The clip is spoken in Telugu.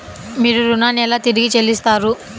మీరు ఋణాన్ని ఎలా తిరిగి చెల్లిస్తారు?